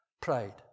pride